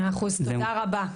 מאה אחוז, תודה רבה.